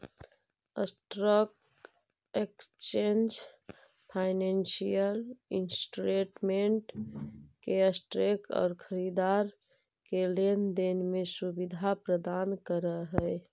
stock exchange financial instrument के traders आउ खरीदार के लेन देन के सुविधा प्रदान करऽ हइ